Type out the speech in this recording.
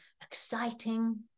exciting